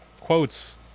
quotes